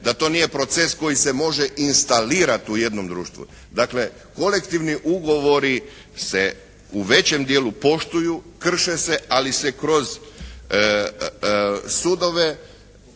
da to nije proces koji se može instalirat u jednom društvu. Dakle, kolektivni ugovori se u većem dijelu poštuju, krše se ali se kroz sudove